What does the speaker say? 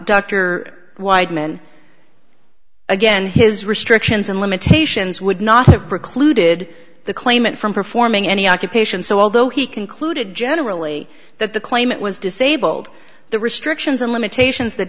dr weidman again his restrictions and limitations would not have precluded the claimant from performing any occupation so although he concluded generally that the claimant was disabled the restrictions and limitations that